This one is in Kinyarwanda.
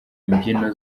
imbyino